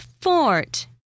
Fort